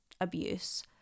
abuse